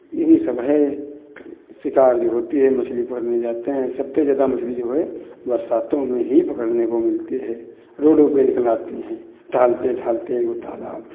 यही सब है शिकार जो होती है मछली पकड़ने जाते हैं सबते ज़्यादा मछली जो है बरसातों में ही पकड़ने को मिलती है रोडों पे निकल आती हैं टहलते टहलते वो तालाब